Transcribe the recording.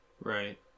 Right